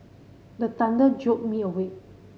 the thunder jolt me awake